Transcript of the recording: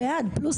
לא התקבלה.